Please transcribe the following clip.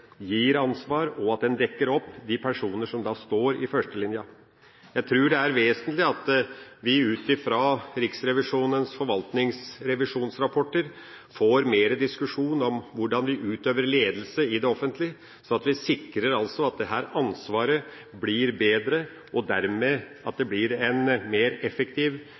gir ansvar, og at en dekker opp de personer som står i førstelinja. Jeg tror det er vesentlig at vi ut ifra Riksrevisjonens forvaltningsrevisjonsrapporter får mer diskusjon om hvordan vi utøver ledelse i det offentlige, sånn at vi sikrer at dette ansvaret blir bedre, og at det dermed blir en mer effektiv,